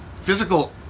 physical